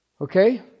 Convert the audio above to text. Okay